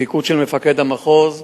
בפיקוד של מפקד המחוז.